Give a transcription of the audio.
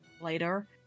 later